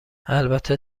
البته